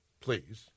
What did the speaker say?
please